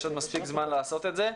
יש עוד מספיק זמן לעשות את זה.